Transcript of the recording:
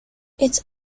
its